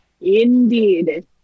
indeed